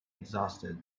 exhausted